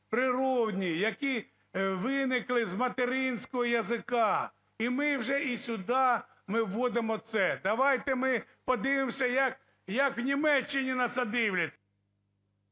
природні, які виникли з материнського язика. І ми вже і сюди ми вводимо це. Давайте ми подивимося, як у Німеччині на це дивляться.